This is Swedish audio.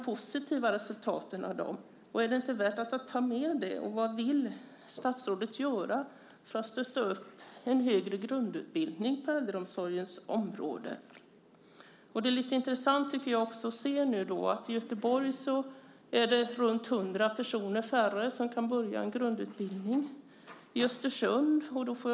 Är det inte värt att ta med det? Vad vill statsrådet göra för att stötta en högre grundutbildning på äldreomsorgens område? Det är intressant att se att i Göteborg är det runt 100 personer färre som kan börja grundutbildningen.